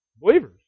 Believers